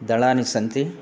दलानि सन्ति